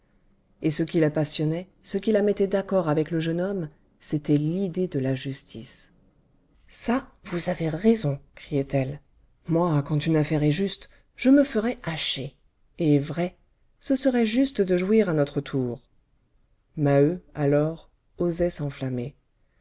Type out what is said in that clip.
et ce qui la passionnait ce qui la mettait d'accord avec le jeune homme c'était l'idée de la justice ça vous avez raison criait-elle moi quand une affaire est juste je me ferais hacher et vrai ce serait juste de jouir à notre tour maheu alors osait s'enflammer